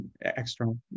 external